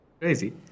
Crazy